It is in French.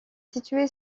situé